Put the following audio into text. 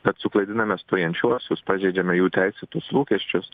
bet suklaidiname stojančiuosius pažeidžiame jų teisėtus lūkesčius